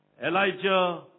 Elijah